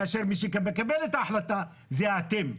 כאשר מי שמקבל את ההחלטה זה אתם.